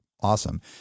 awesome